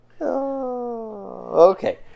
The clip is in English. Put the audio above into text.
Okay